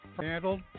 handled